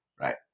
right